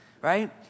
Right